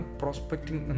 prospecting